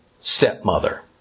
stepmother